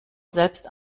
selbst